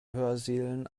hörsälen